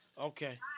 Okay